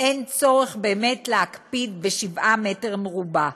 אין צורך באמת להקפיד על שבעה מטרים מרובעים.